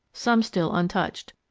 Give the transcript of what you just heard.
some still untouched.